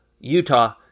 Utah